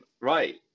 right